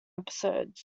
episodes